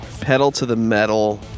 pedal-to-the-metal